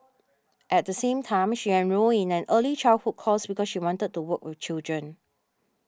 at the same time she enrolled in an early childhood course because she wanted to work with children